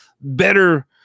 better